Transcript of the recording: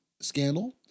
scandal